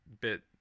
bit